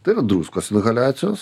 tai yra druskos inhaliacijos